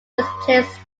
displaced